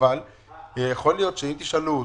אבל יכול להיות שאם תשאלו אותו,